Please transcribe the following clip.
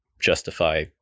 justify